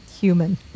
human